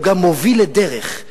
הוא גם מוביל לדרך,